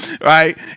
right